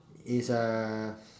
is uh